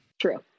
True